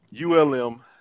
ULM